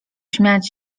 śmiać